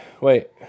Wait